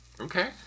Okay